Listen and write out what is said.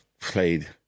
played